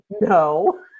no